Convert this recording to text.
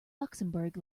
luxembourg